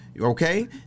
Okay